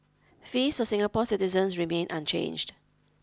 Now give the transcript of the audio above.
fees for Singapore citizens remain unchanged